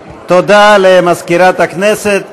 תודה למזכירת הכנסת.